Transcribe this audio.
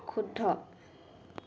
শুদ্ধ